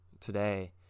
today